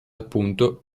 appunto